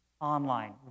online